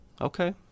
Okay